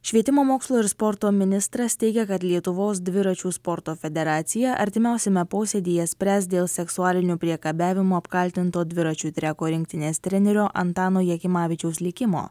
švietimo mokslo ir sporto ministras teigia kad lietuvos dviračių sporto federacija artimiausiame posėdyje spręs dėl seksualiniu priekabiavimu apkaltinto dviračių treko rinktinės trenerio antano jakimavičiaus likimo